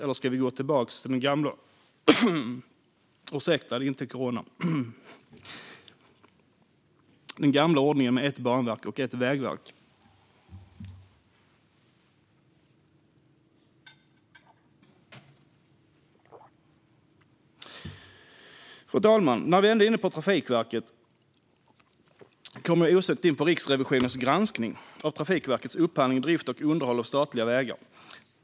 Eller ska vi gå tillbaka till den gamla ordningen med ett banverk och ett vägverk? Fru talman! När vi ändå är inne på Trafikverket kommer jag osökt in på Riksrevisionens granskning av Trafikverkets upphandling av drift och underhåll av statliga vägar.